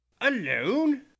Alone